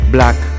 Black